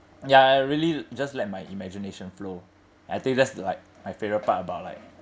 ya I really just let my imagination flow I think that's like my favourite part about like